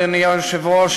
אדוני היושב-ראש,